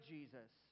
Jesus